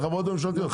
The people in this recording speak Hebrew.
החברות הממשלתיות,